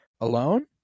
alone